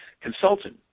consultant